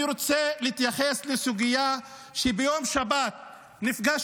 יש מי שרוצה להפוך